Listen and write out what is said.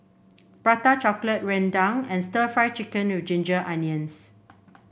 Prata Chocolate Rendang and stir Fry Chicken with Ginger Onions